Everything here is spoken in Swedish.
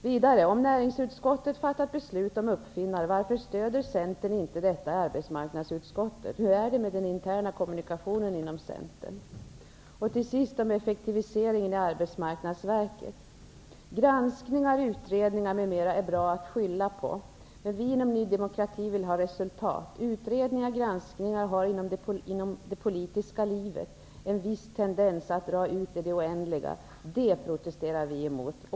Vidare: Om näringsutskottet fattat beslut om uppfinnare, varför stöder inte Centern detta beslut i arbetsmarknadsutskottet? Hur är det med den interna kommunikationen inom Centern? Till sist vill jag säga något om effektiviseringen i Arbetsmarknadsverket: Granskningar och utredningar m.m. är bra att skylla på. Men vi inom Ny demokrati vill ha resultat. Utredningar och granskningar har inom det politiska livet en viss tendens att dra ut på tiden i det oändliga. Det protesterar vi emot.